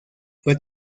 fue